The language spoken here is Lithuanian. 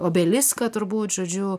obeliską turbūt žodžiu